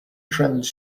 trends